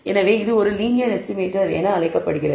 எனவே இது ஒரு லீனியர் எஸ்டிமேட்டர் என்று அழைக்கப்படுகிறது